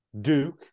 Duke